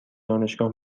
دانشگاه